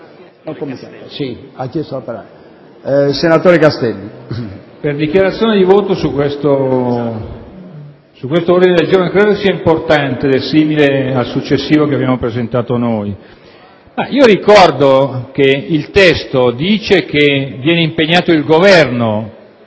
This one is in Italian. il senatore Castelli